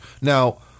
Now